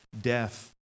death